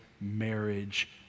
marriage